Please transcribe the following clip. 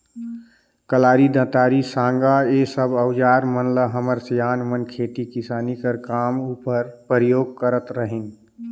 कलारी, दँतारी, साँगा ए सब अउजार मन ल हमर सियान मन खेती किसानी कर काम उपर परियोग करत रहिन